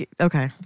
Okay